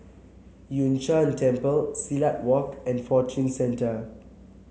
Yun Shan Temple Silat Walk and Fortune Centre